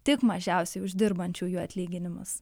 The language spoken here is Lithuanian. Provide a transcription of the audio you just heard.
tik mažiausiai uždirbančiųjų atlyginimus